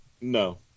No